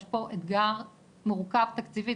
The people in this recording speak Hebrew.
יש פה אתגר מורכב תקציבית,